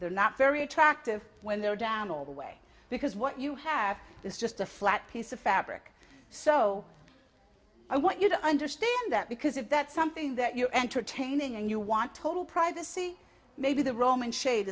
they're not very attractive when they're down all the way because what you have is just a flat piece of fabric so i want you to understand that because if that's something that you're entertaining and you want total privacy maybe the roman shade